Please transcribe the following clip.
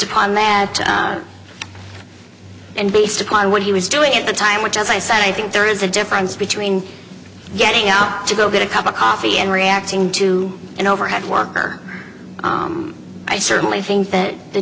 upon that and based upon what he was doing at the time which as i said i think there is a difference between getting up to go get a cup of coffee and reacting to an overhead worker i certainly think that the